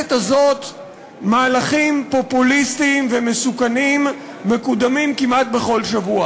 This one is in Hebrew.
בכנסת הזאת מהלכים פופוליסטיים ומסוכנים מקודמים כמעט בכל שבוע,